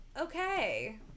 okay